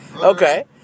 Okay